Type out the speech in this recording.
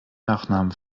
nachnamen